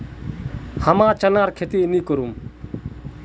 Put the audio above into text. हमीं चनार खेती नी करुम